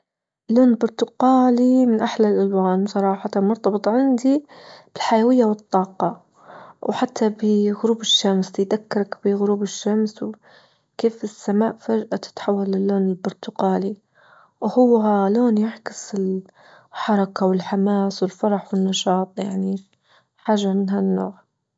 لون برتقالي من أحلى الالوان صراحة مرتبطة عندي بالحيوية والطاقة وحتى بغروب الشمس في دقة بغروب الشمس وكيف السماء فجأة تتحول للون البرتقالي وهو لون يعكس الحركة والحماس والفرح والنشاط يعني حاجة من هالنوع.